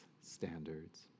standards